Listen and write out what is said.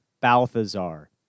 Balthazar